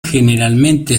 generalmente